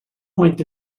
point